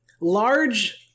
large